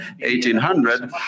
1800